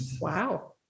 Wow